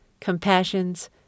compassions